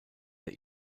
der